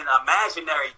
imaginary